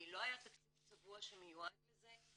לא היה תקציב צבוע שמיועד לזה,